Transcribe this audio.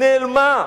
נעלמה.